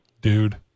Dude